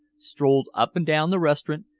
strolled up and down the restaurant,